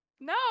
No